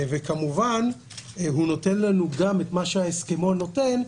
כמובן הוא נותן לנו גם את מה שההסכמון נותן,